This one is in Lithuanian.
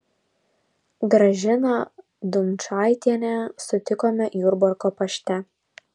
gražiną dumčaitienę sutikome jurbarko pašte